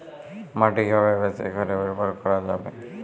মাটি কিভাবে বেশী করে উর্বর করা যাবে?